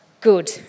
good